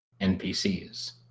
NPCs